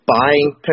buying